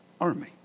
army